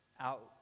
out